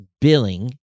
billing